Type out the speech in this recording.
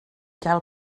gael